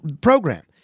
program